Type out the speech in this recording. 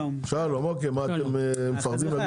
שלום, מה אתם מפחדים להגיד שם?